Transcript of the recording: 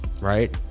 right